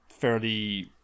Fairly